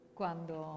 quando